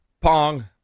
pong